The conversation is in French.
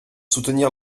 soutenir